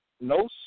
No